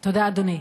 תודה, אדוני.